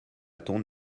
ton